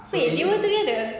wait they were together